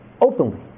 openly